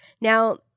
Now